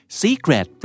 secret